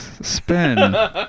Spin